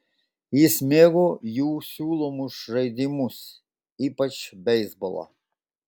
jis mėgo jų siūlomus žaidimus ypač beisbolą